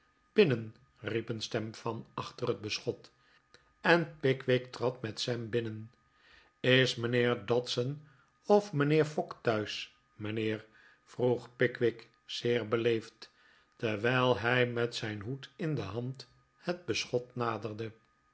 binnen riep een stem van achter het beschot en pickwick trad met sam binnen is mijnheer dodson of mijnheer fogg thuis mijnheer vroeg pickwick zeer beleefd terwijl hij met zijn hoed in de hand het beschot naderde